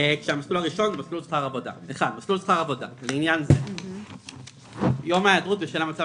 ובלבד שמתקיים בו גם אחד מאלה:" ""יום היעדרות בשל המצב